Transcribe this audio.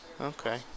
Okay